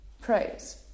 praise